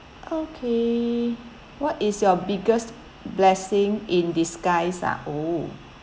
okay what is your biggest blessing in disguise ah oh